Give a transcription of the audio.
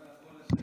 הוא לא יכול לשבת,